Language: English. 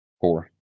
four